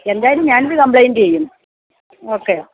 എന്തായാലും ഞാനിത് കംപ്ലയിൻറ്റിയ്യും ഓക്കെ